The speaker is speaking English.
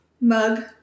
mug